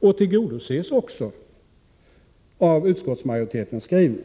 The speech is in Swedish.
och tillgodoses också av utskottsmajoritetens skrivning.